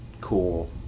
cool